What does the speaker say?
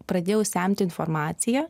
pradėjau semti informaciją